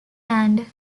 land